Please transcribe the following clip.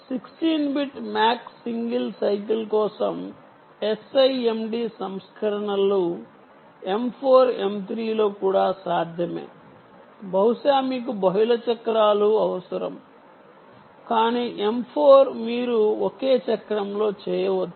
16 bit MAC single cycle కోసం SIMD సంస్కరణలు M 4 M 3 లో కూడా సాధ్యమే బహుశా మీకు బహుళ చక్రాలు అవసరం కానీ M 4 మీరు ఒకే చక్రంలో చేయవచ్చు